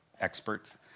experts